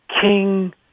King